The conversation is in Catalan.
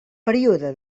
període